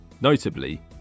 notably